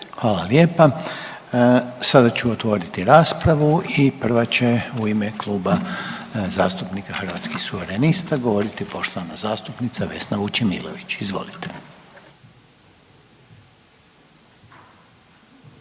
Hvala lijepo. Sada ću otvoriti raspravu i prva će u ime Kluba zastupnika Hrvatskih suverenista govoriti poštovana zastupnica Vesna Vučemilović. Izvolite.